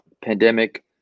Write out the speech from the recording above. pandemic